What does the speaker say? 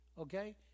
okay